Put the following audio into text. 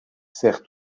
sert